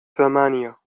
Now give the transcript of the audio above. ثمانية